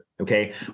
Okay